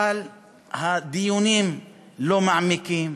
אבל הדיונים לא מעמיקים,